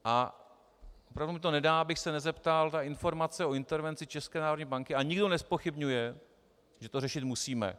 Opravdu mi to nedá, abych se nezeptal informace o intervenci České národní banky, nikdo nezpochybňuje, že to řešit musíme.